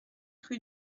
rue